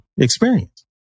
experience